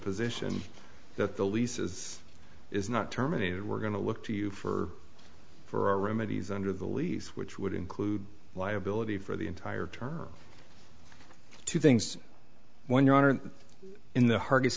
position that the leases is not terminated we're going to look to you for for remedies under the lease which would include liability for the entire term to things when your honor in the hardest